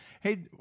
hey